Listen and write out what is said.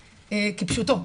כפשוטו.